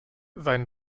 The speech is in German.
seinen